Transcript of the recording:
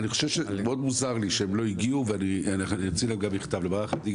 מאוד מוזר לי שממערך הדיגיטל לא הגיעו לישיבה ואני גם אוציא להם מכתב.